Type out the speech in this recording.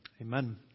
Amen